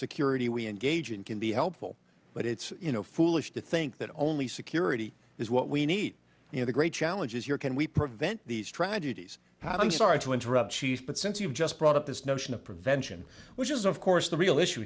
security we engage in can be helpful but it's you know foolish to think that only security is what we need in the great challenges here can we prevent these tragedies i'm sorry to interrupt chief but since you've just brought up this notion of prevention which is of course the real issue